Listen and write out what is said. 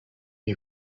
you